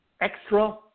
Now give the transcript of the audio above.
Extra